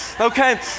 Okay